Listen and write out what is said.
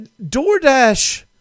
DoorDash –